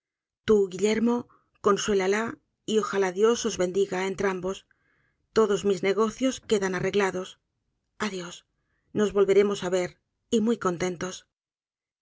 tú guillermo consuélala y ojalá dios os bendiga á entrambos todos misnegocios quedan arreglados adiós nos volveremos á ver y muy contentos